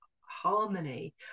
harmony